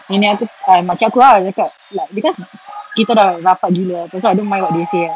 nenek aku makcik aku ah like because kita dah rapat gila that's why I don't mind what they say ah